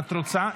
את רוצה?